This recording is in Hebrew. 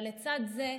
אבל לצד זה,